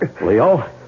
Leo